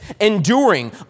enduring